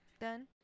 done